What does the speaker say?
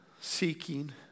seeking